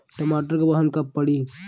टमाटर क बहन कब पड़ी?